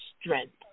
strength